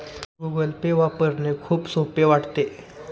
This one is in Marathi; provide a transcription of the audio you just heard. गूगल पे वापरणे खूप सोपे वाटते